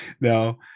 no